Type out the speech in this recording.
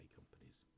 companies